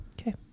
Okay